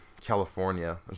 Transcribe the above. California